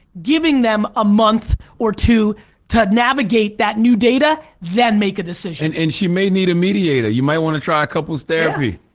giving them a month or two to navigate that new data then make a decision. and she may need a mediator. you might want to try a couples therapy.